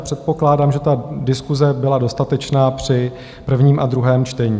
Předpokládám, že diskuse byla dostatečná při prvním a druhém čtení.